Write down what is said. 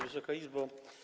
Wysoka Izbo!